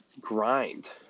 grind